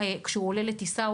כשהוא עולה על הטיסה,